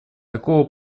такого